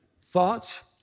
thoughts